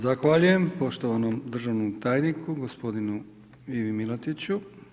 Zahvaljujem poštovanom državnom tajniku gospodinu Ivi Milatiću.